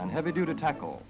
and heavy dew to tackle